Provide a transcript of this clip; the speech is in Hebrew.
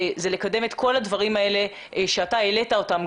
זה לקדם את כל הדברים האלה שאתה העלית אותם,